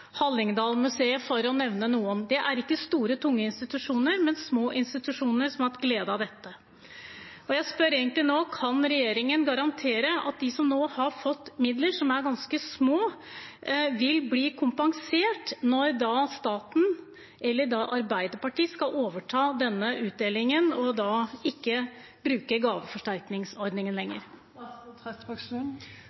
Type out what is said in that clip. Hallingdal Museum – for å nevne noen. Det er ikke store, tunge institusjoner, men små institusjoner, som har hatt glede av dette. Jeg spør nå: Kan regjeringen garantere at de som nå har fått midler, som er ganske små, vil bli kompensert når staten eller Arbeiderpartiet skal overta denne utdelingen, og ikke bruke gaveforsterkningsordningen